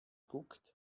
guckt